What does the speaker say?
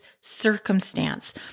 circumstance